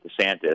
DeSantis